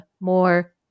more